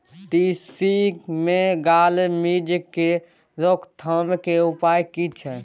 तिसी मे gall midge के रोकथाम के उपाय की छै?